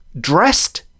dressed